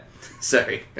Sorry